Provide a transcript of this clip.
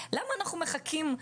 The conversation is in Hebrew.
למה אנחנו מחכים,